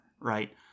right